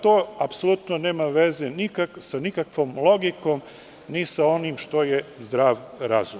To apsolutno nema veze sa nikakvom logikom, ni sa onim što je zdrav razum.